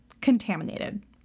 contaminated